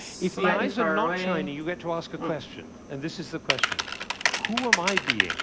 if the eyes are not shining, you get to ask a question. and this is the question who am i being